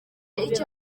icyo